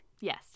yes